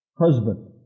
husband